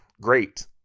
great